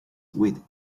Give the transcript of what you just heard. with